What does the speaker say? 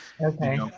okay